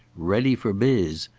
ready for biz,